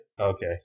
Okay